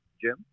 Jim